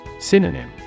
Synonym